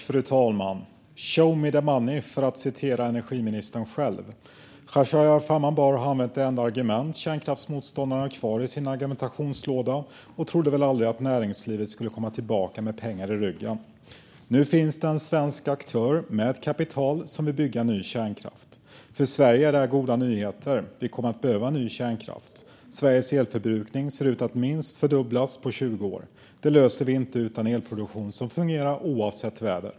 Fru talman! "Show me the money" - för att citera energiministern själv. Khashayar Farmanbar har använt det enda argument kärnkraftsmotståndarna har kvar i sin argumentationslåda och trodde väl aldrig att näringslivet skulle komma tillbaka med pengar i ryggen. Nu finns det en svensk aktör, med kapital, som vill bygga ny kärnkraft. För Sverige är detta goda nyheter. Vi kommer att behöva ny kärnkraft. Sveriges elförbrukning ser ut att minst fördubblas på 20 år. Det löser vi inte utan elproduktion som fungerar oavsett väder.